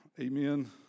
amen